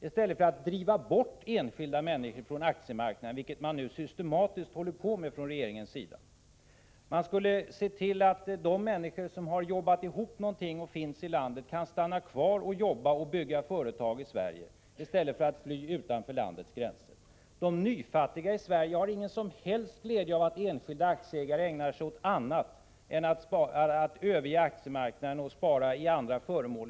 I stället driver 26 februari 1986 = regeringen systematiskt bort enskilda människor från aktiemarknaden. Thom mad snlbini,, Regeringen borde tillse att de människor som finns i landet och har arbetat ihop något stannar kvar och bygger företag i Sverige i stället för att fly utanför landets gränser. De nyfattiga i Sverige har ingen som helst glädje av att enskilda aktieägare ägnar sig åt annat, dvs. överger aktiemarknaden och i stället sparar i andra föremål.